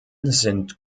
sind